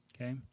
okay